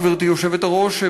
גברתי היושבת-ראש,